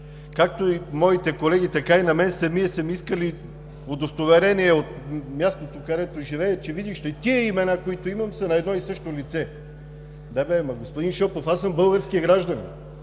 Както на моите колеги, така и на мен самия, са ми искали удостоверение от мястото, където живея, че – видиш ли – тези имена, които имам, са на едно и също лице. Да де, ама, господин Шопов, аз съм български гражданин,